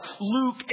Luke